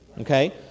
okay